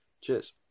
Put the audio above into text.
cheers